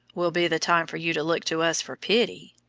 will be the time for you to look to us for pity!